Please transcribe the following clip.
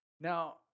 Now